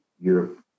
Europe